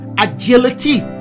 agility